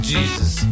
Jesus